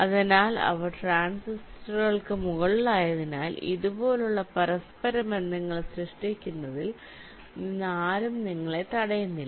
അതിനാൽ അവ ട്രാൻസിസ്റ്ററുകൾക്ക് മുകളിലായതിനാൽ ഇതുപോലുള്ള പരസ്പരബന്ധങ്ങൾ സൃഷ്ടിക്കുന്നതിൽ നിന്ന് ആരും നിങ്ങളെ തടയുന്നില്ല